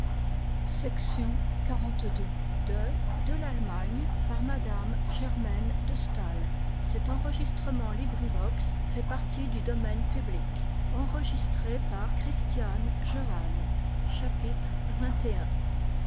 français par m de